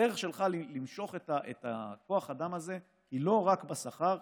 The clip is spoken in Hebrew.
הדרך שלך למשוך את כוח האדם הזה היא לא רק בשכר,